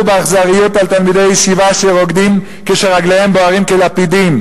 באכזריות על תלמידי ישיבה שרוקדים כשרגליהם בוערות כלפידים.